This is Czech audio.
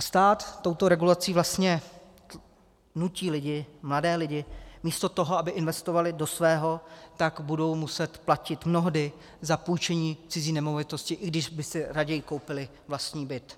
Stát touto regulací vlastně nutí lidi, mladé lidi, místo toho, aby investovali do svého, tak budou muset platit mnohdy za půjčení cizí nemovitosti, i když by si raději koupili vlastní byt.